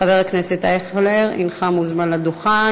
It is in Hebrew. חבר הכנסת אייכלר, הנך מוזמן לדוכן.